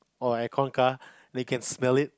or air con car like you can smell it